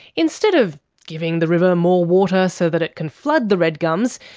instead of giving the river more water so that it can flood the red gums,